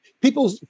people